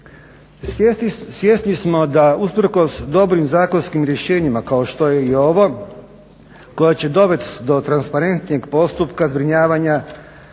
Svjesni smo da usprkos dobrim zakonskim rješenjima kao što je i ovo koje će dovesti do transparentnijeg postupka zbrinjavanja